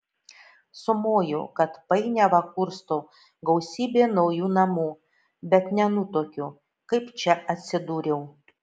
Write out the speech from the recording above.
sumoju kad painiavą kursto gausybė naujų namų bet nenutuokiu kaip čia atsidūriau